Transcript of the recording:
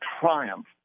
triumph